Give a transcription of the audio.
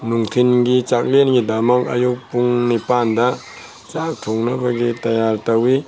ꯅꯨꯡꯊꯤꯜꯒꯤ ꯆꯥꯛꯂꯦꯟꯒꯤꯗꯃꯛ ꯑꯌꯨꯛ ꯄꯨꯡ ꯅꯤꯄꯥꯟꯗ ꯆꯥꯛ ꯊꯣꯡꯅꯕꯒꯤ ꯇꯌꯥꯔꯤ ꯇꯧꯏ